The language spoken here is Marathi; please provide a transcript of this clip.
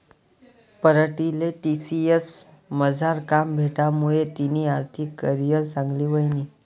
पीरतीले टी.सी.एस मझार काम भेटामुये तिनी आर्थिक करीयर चांगली व्हयनी